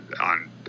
on